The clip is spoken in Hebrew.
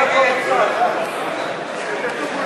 הצעת סיעת יש עתיד